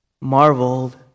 marveled